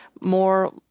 more